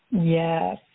Yes